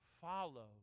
Follow